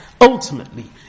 Ultimately